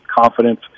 confidence